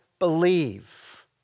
believe